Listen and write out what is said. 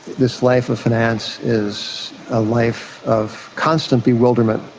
this life of finance is a life of constant bewilderment,